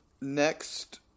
Next